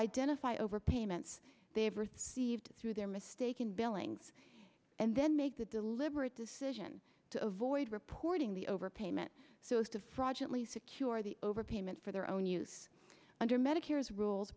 identify over payments they have received through their mistaken billings and then make the deliberate decision to avoid reporting the overpayment so as to fraudulent secure the overpayment for their own use under medicare's rules